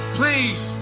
please